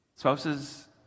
Spouses